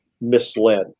misled